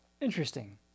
Interesting